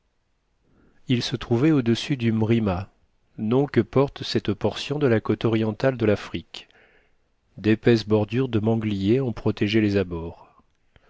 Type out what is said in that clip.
il se trouvait au-dessus du mrima nom que porte cette portion de la côte orientale de l'afrique d'épaisses bordures de mangliers en protégeaient les bords